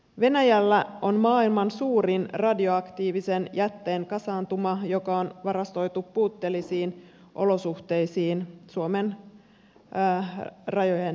venäjällä on maailman suurin radioaktiivisen jätteen kasaantuma joka on varastoitu puutteellisiin olosuhteisiin suomen rajojen läheisyyteen